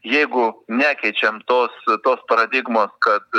jeigu nekeičiam tos tos paradigmos kad